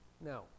Now